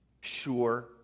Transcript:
Sure